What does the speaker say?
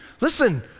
listen